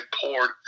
poured